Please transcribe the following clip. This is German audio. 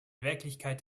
wirklichkeit